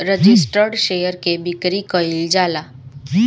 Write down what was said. registered share के बिक्री कईल जाला